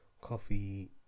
coffee